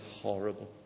horrible